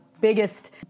biggest